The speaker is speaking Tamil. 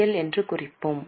எல் என்று குறிப்போம்